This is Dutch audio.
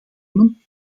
nemen